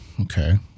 Okay